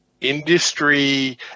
Industry